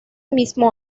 mismo